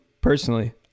personally